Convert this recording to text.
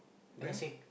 then I say